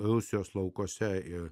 ilsiuosi laukuose ir